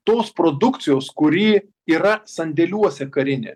tos produkcijos kuri yra sandėliuose karinė